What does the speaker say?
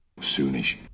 soonish